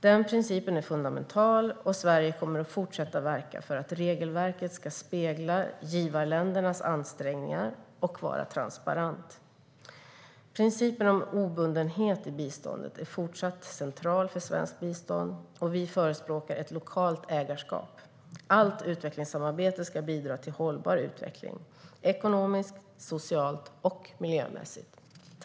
Den principen är fundamental, och Sverige kommer att fortsätta verka för att regelverket ska spegla givarländernas ansträngningar och vara transparent. Principen om obundenhet i biståndet är fortsatt central för svenskt bistånd, och vi förespråkar ett lokalt ägarskap. Allt utvecklingssamarbete ska bidra till hållbar utveckling - ekonomiskt, socialt och miljömässigt.